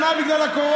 נעביר את החוק הזה.